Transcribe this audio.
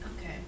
Okay